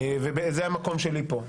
זה המקום שלי פה.